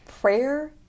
prayer